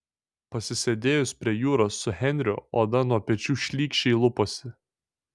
pasisėdėjus prie jūros su henriu oda nuo pečių šlykščiai luposi